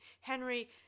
Henry